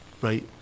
right